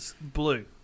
Blue